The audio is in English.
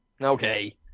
Okay